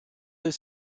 does